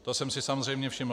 Toho jsem si samozřejmě všiml.